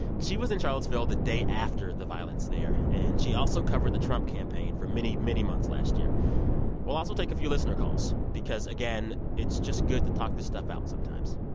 she was in charlottesville the day after the violence there, and she also covered the trump campaign for many, many months last year we'll also take a few listener calls because, again, it's just good to talk this stuff out sometimes.